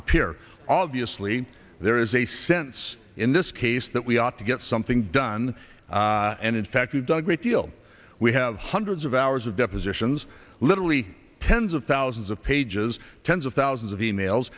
appear obviously there is a sense in this case that we ought to get something done and in fact we've done a great deal we have hundreds of hours of depositions literally tens of thousands of pages tens of thousands of e mails